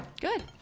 Good